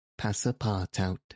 Passapartout